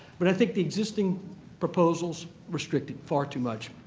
but i think the existing proposals restrict it far too much.